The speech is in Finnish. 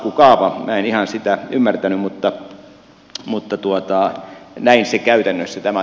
minä en ihan sitä ymmärtänyt mutta näin käytännössä tämä asia on